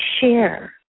share